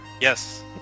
Yes